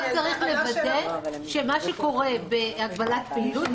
רק צריך לוודא שמה שקורה בהגבלת פעילות,